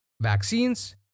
vaccines